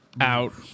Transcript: Out